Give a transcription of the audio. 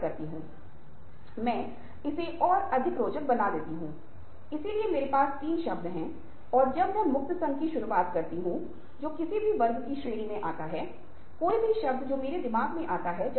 अग्रमी रूप से हम बातचीत में यह भी तैयार कर सकते हैं कि अगर मैं कुछ विशेष तर्क रख रहा हूं तो अन्य व्यक्ति अन्य पार्टी के पास कुछ काउंटर तर्क हो सकता है